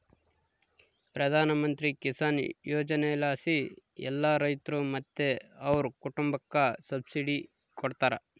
ಪ್ರಧಾನಮಂತ್ರಿ ಕಿಸಾನ್ ಯೋಜನೆಲಾಸಿ ಎಲ್ಲಾ ರೈತ್ರು ಮತ್ತೆ ಅವ್ರ್ ಕುಟುಂಬುಕ್ಕ ಸಬ್ಸಿಡಿ ಕೊಡ್ತಾರ